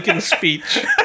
speech